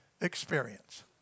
experience